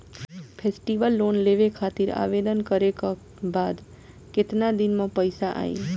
Festival loan लेवे खातिर आवेदन करे क बाद केतना दिन म पइसा आई?